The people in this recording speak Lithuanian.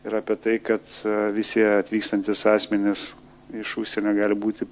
ir apie tai kad visi atvykstantys asmenys iš užsienio gali būti